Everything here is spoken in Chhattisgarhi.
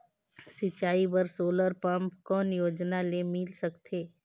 सिंचाई बर सोलर पम्प कौन योजना ले मिल सकथे?